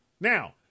Now